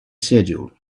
schedule